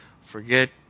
Forget